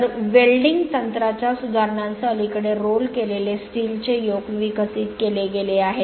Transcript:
तर वेल्डिंग तंत्राच्या सुधारणांसह अलीकडे रोल केलेले स्टील चे योक विकसित केले गेले आहेत